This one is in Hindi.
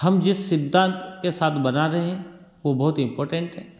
हम जिस सिद्धांत के साथ बना रहे हैं वह बहुत इम्पोटेंट है